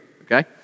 okay